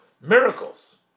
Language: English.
miracles